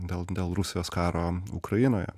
dėl dėl rusijos karo ukrainoje